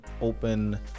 open